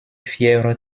fièvre